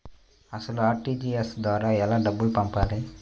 అసలు అర్.టీ.జీ.ఎస్ ద్వారా ఎలా డబ్బులు పంపాలి?